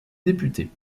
député